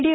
D